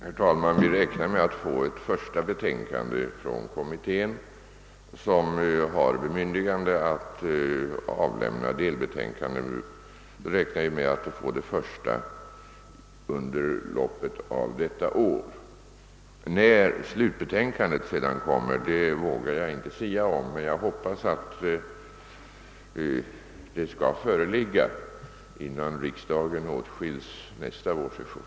Herr talman! Vi räknar med att få ett första betänkande från kommittén, som har bemyndigande att avlämna delbetänkanden, under loppet av detta år. När slutbetänkandet sedan kommer vågar jag inte sia om, men jag hoppas att det skall föreligga innan riksdagen åtskiljes nästa vårsession.